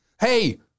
hey